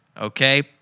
okay